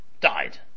died